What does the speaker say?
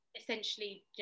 essentially